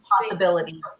possibility